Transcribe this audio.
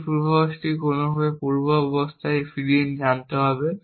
এই পূর্বাভাসটিকে কোনওভাবে পূর্বাবস্থায় ফিরিয়ে আনতে হবে